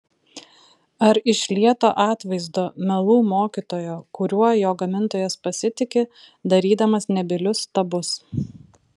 ar iš lieto atvaizdo melų mokytojo kuriuo jo gamintojas pasitiki darydamas nebylius stabus